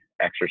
exercise